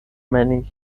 many